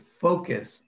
focus